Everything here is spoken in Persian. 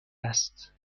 است